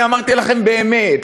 אני אמרתי לכם באמת,